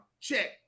Check